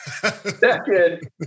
Second